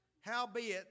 Howbeit